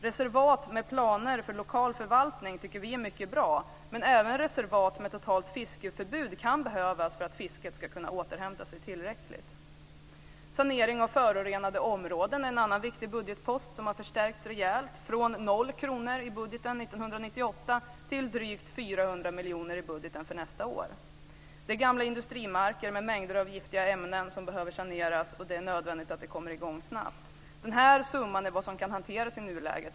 Reservat med planer för lokal förvaltning tycker vi är mycket bra. Men även reservat med totalt fiskeförbud kan behövas för att fisket ska kunna återhämta sig tillräckligt. Sanering av förorenade områden är en annan viktig budgetpost som har förstärkts rejält från 0 kr i budgeten 1998 till drygt 400 miljoner i budgeten för nästa år. Det är gamla industrimarker med mängder av giftiga ämnen som behöver saneras. Det är nödvändigt att det kommer i gång snabbt. Den summan är vad som kan hanteras i nuläget.